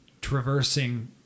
traversing